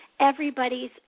everybody's